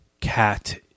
cat